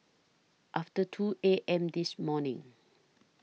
after two A M This morning